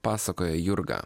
pasakoja jurga